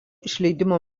išleidimo